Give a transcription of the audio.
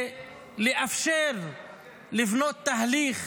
ולאפשר לבנות תהליך